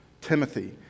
Timothy